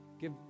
give